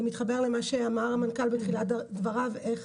זה מתחבר למה שאמר המנכ"ל בתחילת דבריו, איך